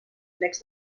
plecs